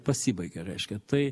pasibaigia reiškia tai